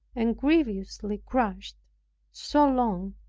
and grievously crushed so long,